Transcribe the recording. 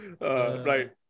right